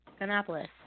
Annapolis